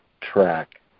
track